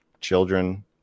children